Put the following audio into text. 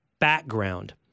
background